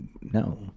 no